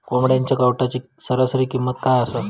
कोंबड्यांच्या कावटाची सरासरी किंमत काय असा?